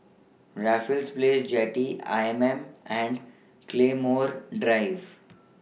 Raffles Place Jetty I M M and Claymore Drive